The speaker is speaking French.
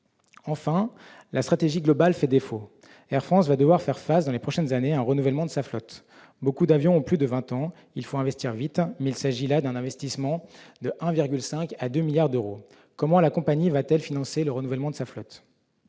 défaut de stratégie globale. Air France va devoir faire face dans les prochaines années à un renouvellement de sa flotte. Beaucoup d'avions ont plus de vingt ans. Il faut investir vite, mais il s'agit d'un investissement de 1,5 à 2 milliards d'euros. Comment la compagnie va-t-elle financer le renouvellement de sa flotte ?